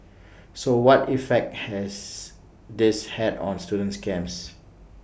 so what effect has this had on student's camps